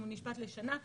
אם הוא נשפט לשנה,